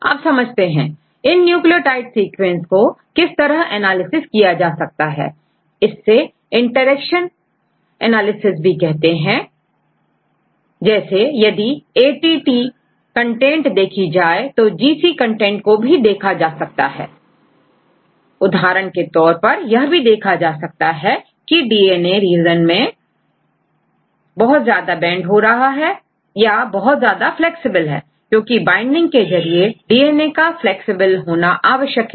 अब समझते हैं इन न्यूक्लियोटाइड सीक्वेंस किस तरह का एनालिसिस किया जा सकता है इसे इंटरेक्शन एनालिसिस कह सकते हैं जैसे यदिAT कंटेंट देखी जाए तोGC कंटेंट भी देखा जा सकता है उदाहरण के तौर पर यह भी देखा जा सकता है की डीएनए रीजनDNAregions बहुत ज्यादा बैंड हो रहा है या या बहुत ज्यादा फ्लैक्सिबल है क्योंकि वाइंडिंग के लिए डीएनए का फ्लैक्सिबल होना आवश्यक है